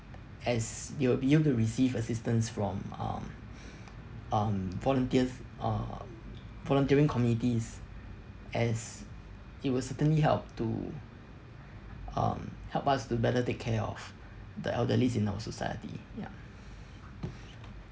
as they will be able to receive assistance from um um volunteers uh volunteering communities as it will certainly help to um help us to better take care of the elderlies in our society ya